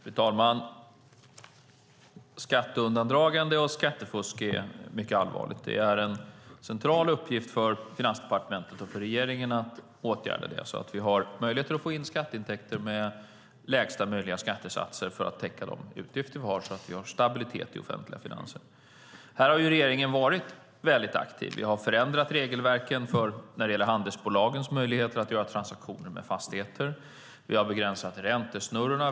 Fru talman! Skatteundandragande och skattefusk är mycket allvarligt. Det är en central uppgift för Finansdepartementet och regeringen att åtgärda det så att vi har möjligheter att få in skatteintäkter med lägsta möjliga skattesatser för att täcka de utgifter vi har så att vi har stabilitet i våra offentliga finanser. Här har regeringen varit väldigt aktiv. Vi har förändrat regelverken när det gäller handelsbolagens möjligheter att göra transaktioner med fastigheter. Vi har begränsat räntesnurrorna.